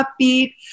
upbeat